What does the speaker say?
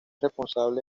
responsable